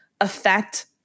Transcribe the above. affect